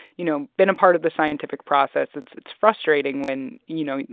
you know, been a part of the scientific process, it's it's frustrating when, you know,